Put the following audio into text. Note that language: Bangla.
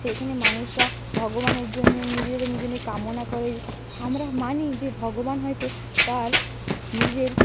সেখানে মানুষরা ভগবানের জন্য নিজেদের নিজেদের কামনা করে আমরা মানি যে ভগবান হয়তো তাঁর নিজের